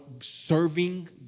serving